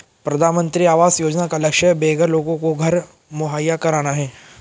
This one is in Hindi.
प्रधानमंत्री आवास योजना का लक्ष्य बेघर लोगों को घर मुहैया कराना है